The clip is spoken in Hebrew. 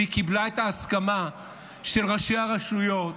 והיא קיבלה את ההסכמה של ראשי הרשויות,